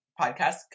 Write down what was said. podcast